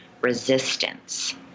resistance